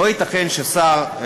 לא ייתכן ששר,